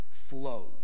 Flows